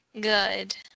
Good